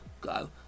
go